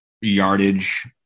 yardage